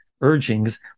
urgings